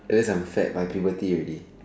at least I'm fat by puberty already